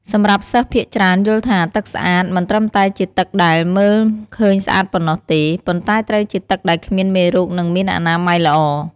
សម្រាប់សិស្សភាគច្រើនយល់ថា ទឹកស្អាតមិនត្រឹមតែជាទឹកដែលមើលឃើញស្អាតប៉ុណ្ណោះទេ ប៉ុន្តែត្រូវជាទឹកដែលគ្មានមេរោគនិងមានអនាម័យល្អ។